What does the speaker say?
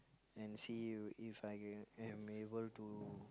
and see if if I a~ am able to